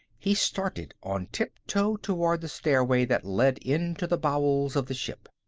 he started on tiptoe toward the stairway that led into the bowels of the ship.